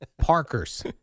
parkers